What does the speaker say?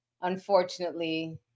Unfortunately